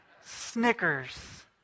Snickers